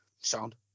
Sound